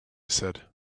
said